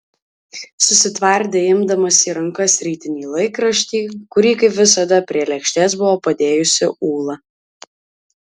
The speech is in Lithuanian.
susitvardė imdamas į rankas rytinį laikraštį kurį kaip visada prie lėkštės buvo padėjusi ūla